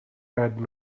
had